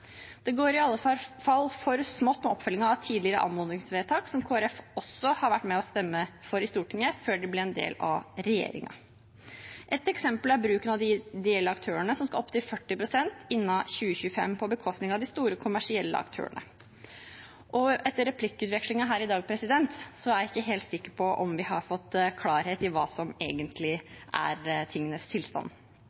Det går i alle fall for smått med oppfølgingen av tidligere anmodningsvedtak som også Kristelig Folkeparti har vært med på å stemme for i Stortinget, før de ble en del av regjeringen. Ett eksempel er bruken av de ideelle aktørene, som skal opp til 40 pst. innen 2025 på bekostning av de store kommersielle aktørene. Etter replikkordskiftet her i dag er jeg ikke helt sikker på at vi har fått klarhet i hva som egentlig